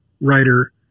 writer